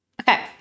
Okay